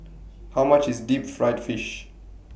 How much IS Deep Fried Fish